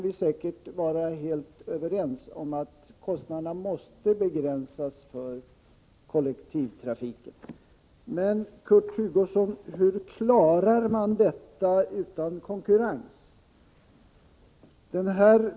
Vi kan vara helt överens om att kostnaderna för kollektivtrafiken måste begränsas. Men, Kurt Hugosson, hur klarar man detta utan konkurrens?